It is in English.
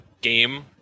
game